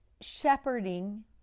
shepherding